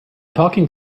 talking